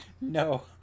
No